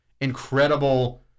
incredible